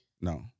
No